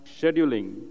scheduling